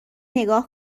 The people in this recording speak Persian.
نگاه